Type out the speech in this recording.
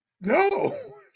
no